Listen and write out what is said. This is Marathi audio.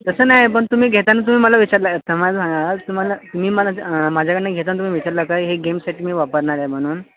तसं नाही आहे पण तुम्ही घेताना तुम्ही मला विचारला आता मला सांगा तुम्हाला तुम्ही मला माझ्याकडून घेताना तुम्ही विचारला काय हे गेमसाठी मी वापरणार आहे म्हणून